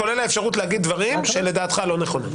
כולל האפשרות להגיד דברים שלדעתך לא נכונים.